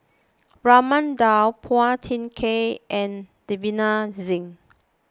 Raman Daud Phua Thin Kiay and Davinder Singh